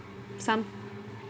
sometime